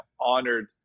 honored